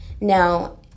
Now